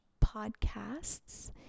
podcasts